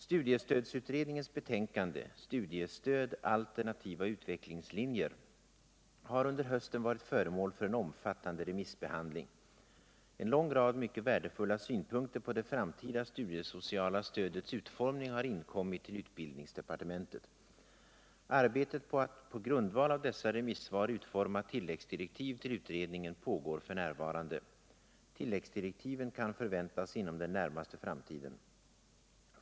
Studiestödsutredningens betänkande Studiestöd — Alternativa utvecklingslinjer har under hösten varit föremål för en omfattande remissbehandling. En lång rad mycket värdefulla synpunkter på det framtida studiesociala stödets utformning har inkommit till utbildningsdepartementet. Arbetet med att på grundval av dessa remissvar utforma tilläggsdirektiv till utredningen pågår f. n. Tilläggsdirektiven kan förväntas inom den närmaste framtiden.